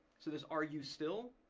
so there's, are you still,